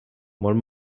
molt